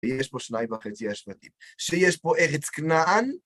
שיש בו שניים וחצי אשפטים, שיש בו ארץ כנען